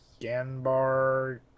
Ganbar